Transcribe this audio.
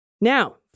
Now